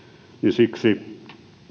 siksi